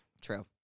true